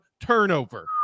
turnover